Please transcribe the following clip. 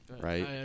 right